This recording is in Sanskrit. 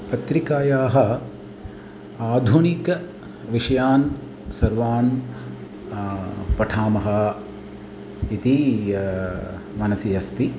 पत्रिकायाः आधुनिकविषयान् सर्वान् पठामः इति मनसि अस्ति